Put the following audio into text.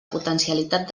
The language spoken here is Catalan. potencialitat